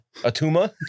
Atuma